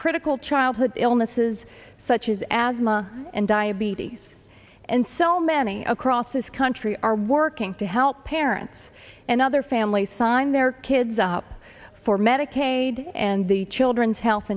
critical childhood illnesses such as asthma and diabetes and so many across this country are working to help parents and other families sign their kids up for medicaid and the children's health